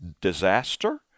disaster